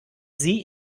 sie